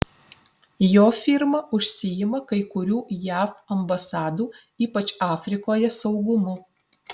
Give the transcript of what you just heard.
jo firma užsiima kai kurių jav ambasadų ypač afrikoje saugumu